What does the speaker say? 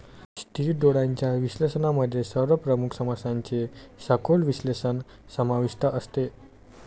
स्थिर डोळ्यांच्या विश्लेषणामध्ये सर्व प्रमुख समस्यांचे सखोल विश्लेषण समाविष्ट असते